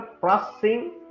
processing